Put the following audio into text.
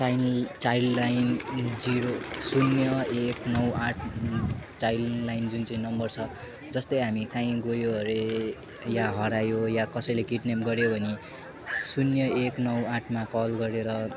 child child line zero शून्य एक नौ आठ चाइल्ड लाइन जुन चाहिँ नम्बर छ जस्तै हामी कहीँ गयो अरे या हरायो या कसैले किड्न्याप गऱ्यो भने शून्य एक नौ आठमा कल गरेर